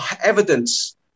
evidence